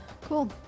cool